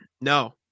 No